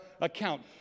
account